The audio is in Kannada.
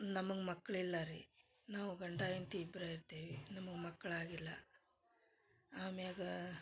ನಮಗ ಮಕ್ಳು ಇಲ್ಲ ರೀ ನಾವು ಗಂಡ ಎಂತಿ ಇಬ್ಬರೇ ಇರ್ತೇವಿ ನಮಗ ಮಕ್ಳು ಆಗಿಲ್ಲ ಆಮ್ಯಾಗ